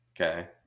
Okay